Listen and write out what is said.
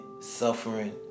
suffering